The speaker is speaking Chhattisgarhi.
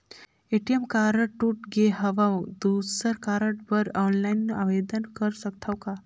ए.टी.एम कारड टूट गे हववं दुसर कारड बर ऑनलाइन आवेदन कर सकथव का?